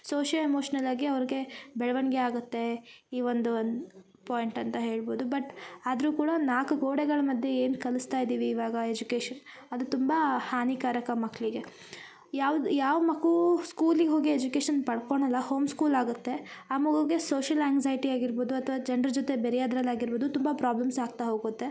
social emotional ಆಗಿ ಅವ್ರ್ಗೆ ಬೆಳವಣಿಗೆ ಆಗತ್ತೆ ಈ ಒಂದು ಒಂದು ಪಾಯಿಂಟ್ ಅಂತ ಹೇಳ್ಬೋದು ಬಟ್ ಆದರೂ ಕೂಡ ಒಂದು ನಾಲ್ಕು ಗೋಡೆಗಳ ಮಧ್ಯೆ ಏನು ಕಲಸ್ತಯಿದ್ದೀವಿ ಇವಾಗ ಎಜುಕೇಶನ್ ಅದು ತುಂಬಾ ಹಾನಿಕಾರಕ ಮಕ್ಕಳಿಗೆ ಯಾವ್ದ ಯಾವ ಮಗು ಸ್ಕೂಲಿಗ ಹೋಗಿ ಎಜುಕೇಶನ್ ಪಡ್ಕೊಳಲ್ಲ ಹೋಮ್ ಸ್ಕೂಲ್ ಆಗುತ್ತೆ ಆ ಮಗುಗೆ ಸೋಷಿಯಲ್ ಆ್ಯಂಗ್ಸೈಟಿ ಆಗಿರ್ಬೋದು ಅಥ್ವ ಜನ್ರ ಜೊತೆ ಬೆರಿಯದ್ರಲ್ಲಿ ಆಗಿರ್ಬೋದು ಪ್ರಾಬ್ಲಮ್ಸ್ ಆಗ್ತಾ ಹೋಗುತ್ತೆ